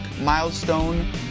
milestone